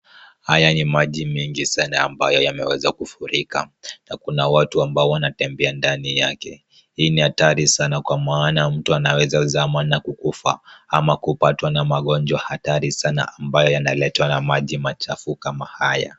Haya ni maji mengi sana ambayo yameweza kufurika na kuna watu ambao wanatembea ndani yake. Hii ni hatari sana kwa maana mtu anaweza zama na kukufa ama kupatwa na magonjwa hatari sana ambayo yanaletwa na maji machafu kama haya.